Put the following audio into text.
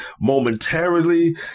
momentarily